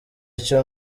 icyo